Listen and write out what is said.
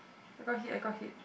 I got it I got hit